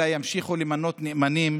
אלא ימשיכו למנות נאמנים